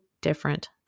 different